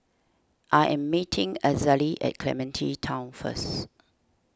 I am meeting Azalee at Clementi Town first